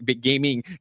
gaming